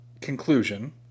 conclusion